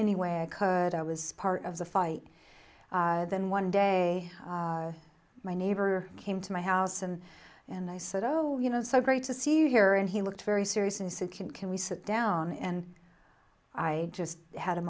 any way i could i was part of the fight then one day my neighbor came to my house and and i said oh you know so great to see you here and he looked very serious and sick and can we sit down and i just had a